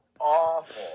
Awful